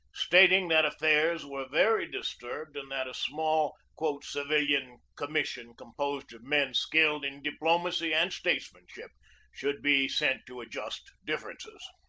stat ing that affairs were very disturbed and that a small civilian commission composed of men skilled in di plomacy and statesmanship should be sent to adjust differences.